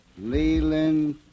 Leland